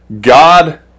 God